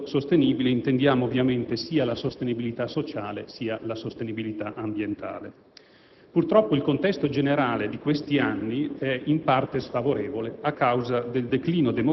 Questo Documento viene presentato in un contesto di continuità rispetto a quello dello scorso anno. Vengono confermati i tre grandi obiettivi: risanamento, sviluppo ed equità.